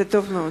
זה טוב מאוד.